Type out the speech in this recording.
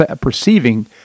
perceiving